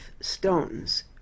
stones